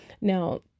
now